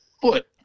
foot